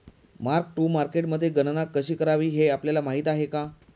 Mark to मार्केटमध्ये गणना कशी करावी हे आपल्याला माहित आहे का?